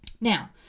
Now